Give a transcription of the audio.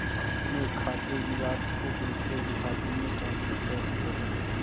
अपने खाते की राशि को दूसरे के खाते में ट्रांसफर कैसे करूँ?